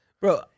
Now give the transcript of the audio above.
bro